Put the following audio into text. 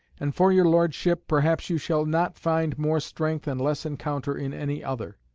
and for your lordship, perhaps you shall not find more strength and less encounter in any other.